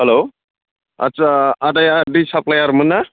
हेल' आस्सा आदाया दै साफ्लायार मोन ना